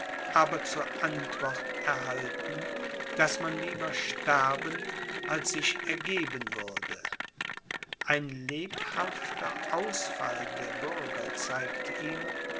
aber zur antwort erhalten daß man lieber sterben als sich ergeben würde ein lebhafter ausfall der bürger zeigte ihm